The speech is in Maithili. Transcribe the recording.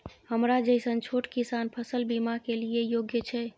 हमरा जैसन छोट किसान फसल बीमा के लिए योग्य छै?